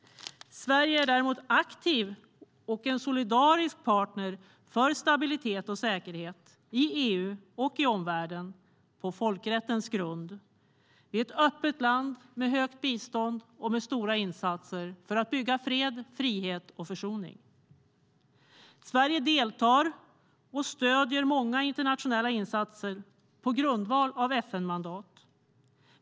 Sverige är däremot en aktiv och solidarisk partner för stabilitet och säkerhet i EU och omvärlden på folkrättens grund. Det är ett öppet land med högt bistånd och stora insatser för att bygga fred, frihet och försoning. Sverige deltar och stöder många internationella insatser på grundval av FN-mandat.